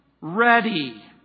ready